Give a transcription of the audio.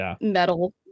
metal